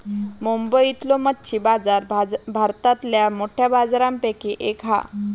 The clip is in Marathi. मुंबईतलो मच्छी बाजार भारतातल्या मोठ्या बाजारांपैकी एक हा